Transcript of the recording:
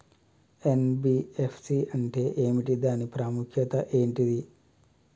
NBFC అంటే ఏమిటి దాని ప్రాముఖ్యత ఏంటిది?